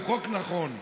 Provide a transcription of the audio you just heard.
הוא חוק נכון.